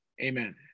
Amen